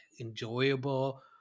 enjoyable